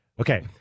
Okay